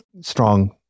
strong